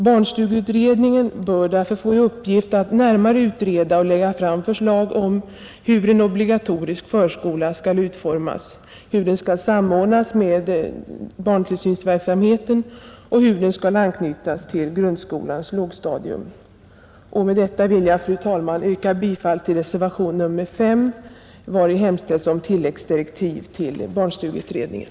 Barnstugeutredningen bör därför få i uppgift att närmare utreda och lägga fram förslag om hur en obligatorisk förskola skall utformas, hur den skall samordnas med barntillsynsverksamheten och hur den skall anknytas till grundskolans lågstadium. Med detta vill jag, fru talman, yrka bifall till reservationen 5, vari hemställs om tilläggsdirektiv till barnstugeutredningen.